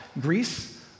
Greece